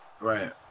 Right